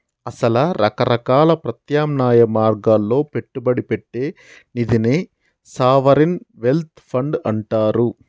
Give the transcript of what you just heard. అసల రకరకాల ప్రత్యామ్నాయ మార్గాల్లో పెట్టుబడి పెట్టే నిదినే సావరిన్ వెల్త్ ఫండ్ అంటారు